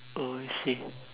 oh she